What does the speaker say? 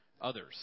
others